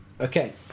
Okay